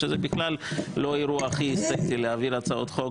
שזה בכלל לא האירוע הכי אסתטי להעביר הצעות חוק